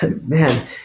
Man